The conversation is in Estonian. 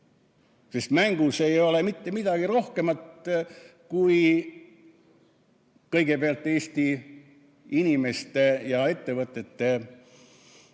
sest mängus ei ole mitte midagi rohkemat kui kõigepealt Eesti inimeste ja ettevõtete ellujäämine